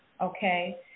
okay